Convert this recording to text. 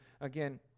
Again